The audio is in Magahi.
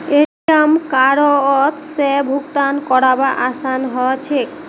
ए.टी.एम कार्डओत से भुगतान करवार आसान ह छेक